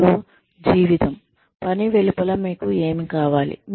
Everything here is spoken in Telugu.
ఇప్పుడు జీవితం గురుంచి పనికి వెలుపల మీకు ఏమి కావాలి